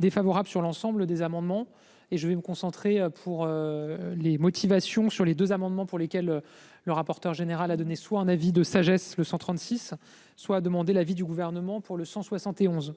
défavorable sur l'ensemble des amendements et je vais me concentrer pour. Les motivations sur les deux amendements pour lesquels le rapporteur général a donner soit un avis de sagesse le 136 soit demander l'avis du gouvernement pour le 171.